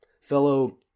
fellow